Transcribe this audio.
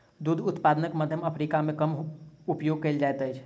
दूध उत्पादनक मध्य अफ्रीका मे कम उपयोग कयल जाइत अछि